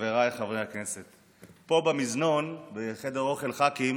חבריי חברי הכנסת, פה, במזנון, בחדר אוכל ח"כים,